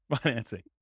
financing